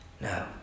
No